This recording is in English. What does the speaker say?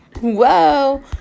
Whoa